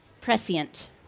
Prescient